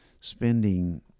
spending